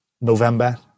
November